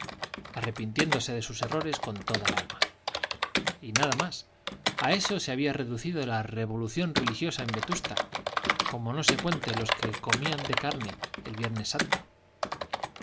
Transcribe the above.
arrepintiéndose de sus errores con toda el alma y nada más a eso se había reducido la revolución religiosa en vetusta como no se cuente a los que comían de carne en viernes santo